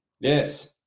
yes